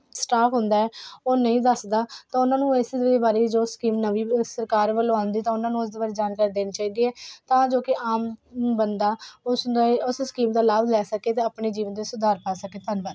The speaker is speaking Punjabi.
ਸਟਾਫ ਹੁੰਦਾ ਉਹ ਨਹੀਂ ਦੱਸਦਾ ਤਾਂ ਉਹਨਾਂ ਨੂੰ ਇਸ ਬਾਰੇ ਜੋ ਸਕੀਮ ਨਵੀਂ ਸਰਕਾਰ ਵੱਲੋਂ ਆਉਂਦੀ ਤਾਂ ਉਹਨਾਂ ਨੂੰ ਇਸ ਬਾਰੇ ਜਾਣਕਾਰੀ ਦੇਣੀ ਚਾਹੀਦੀ ਹੈ ਤਾਂ ਜੋ ਕਿ ਆਮ ਬੰਦਾ ਉਸ ਦੇ ਉਸ ਸਕੀਮ ਦਾ ਲਾਭ ਲੈ ਸਕੇ ਅਤੇ ਆਪਣੇ ਜੀਵਨ ਦੇ ਸੁਧਾਰ ਕਰ ਸਕੇ ਧੰਨਵਾਦ